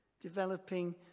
developing